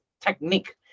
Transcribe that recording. technique